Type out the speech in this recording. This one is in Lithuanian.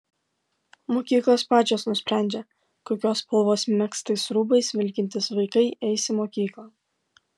mokyklos pačios nusprendžia kokios spalvos megztais rūbais vilkintys vaikai eis į mokyklas